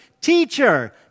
Teacher